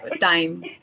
time